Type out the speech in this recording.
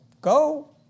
go